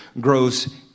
grows